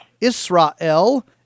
israel